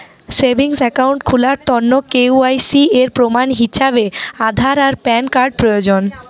savings account খুলার তন্ন KYC এর প্রমাণ হিছাবে আধার আর প্যান কার্ড প্রয়োজন